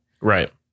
Right